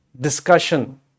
discussion